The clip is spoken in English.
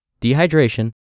Dehydration